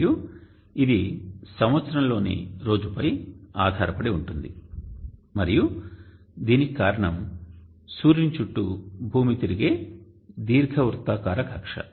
మరియు ఇది సంవత్సరం లోని రోజుపై ఆధారపడి ఉంటుంది మరియు దీనికి కారణం సూర్యుని చుట్టూ భూమి తిరిగే దీర్ఘవృత్తాకార కక్ష్య